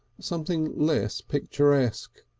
something less picturesque.